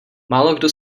málokdo